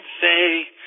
say